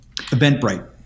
Eventbrite